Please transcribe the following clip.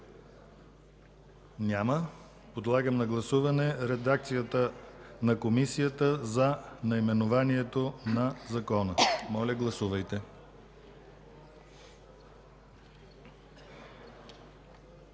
Няма. Подлагам на гласуване редакцията на Комисията за наименованието на Закона. Моля, гласувайте.